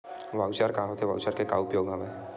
Voucher का होथे voucher के का उपयोग हवय?